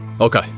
Okay